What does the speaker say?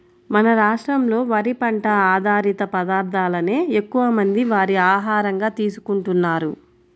మన రాష్ట్రంలో వరి పంట ఆధారిత పదార్ధాలనే ఎక్కువమంది వారి ఆహారంగా తీసుకుంటున్నారు